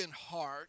heart